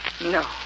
No